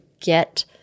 get